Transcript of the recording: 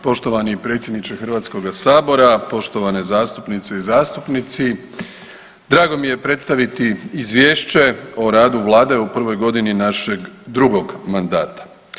Poštovani predsjedniče Hrvatskoga sabora, poštovane zastupnice i zastupnici, drago mi je predstaviti izvješće o radu Vlade u prvog godini našeg drugog mandata.